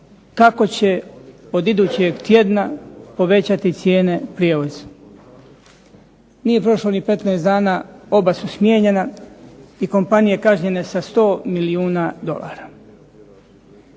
kako će od idućeg tjedna povećati cijene prijevoza. Nije prošlo ni 15 dana oba su smijenjena, i kompanije kažnjene sa 100 milijuna dolara.